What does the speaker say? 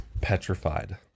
petrified